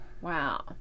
Wow